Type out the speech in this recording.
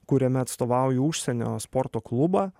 kuriame atstovauju užsienio sporto klubą